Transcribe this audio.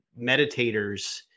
meditators